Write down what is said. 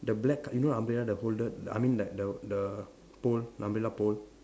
the black col~ you know the umbrella the holded I mean like the the pole the umbrella pole